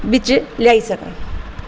बिच्च लेआई सकां